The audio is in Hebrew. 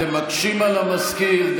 אתם מקשים על המזכיר.